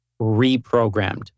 reprogrammed